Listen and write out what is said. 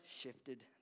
shifted